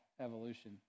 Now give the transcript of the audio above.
evolution